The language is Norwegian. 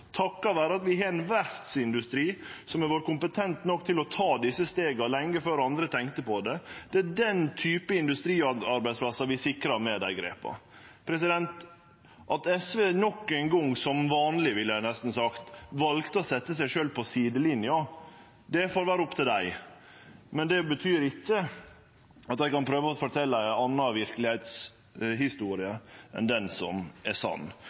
vere at vi har ein verftsindustri som har vore kompetent nok til å ta desse stega lenge før andre tenkte på det. Det er den type industriarbeidsplassar vi sikrar med desse grepa. At SV nok ein gong – som vanleg, ville eg nesten sagt – valde å setje seg sjølv på sidelinja, får vere opp til dei, men det betyr ikkje at dei kan fortelje ei anna historie om verkelegheita enn den som er sann.